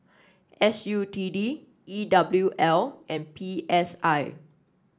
S U T D E W L and P S I